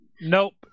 Nope